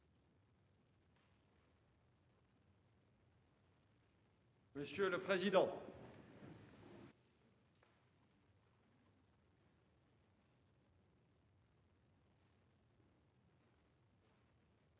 monsieur le président.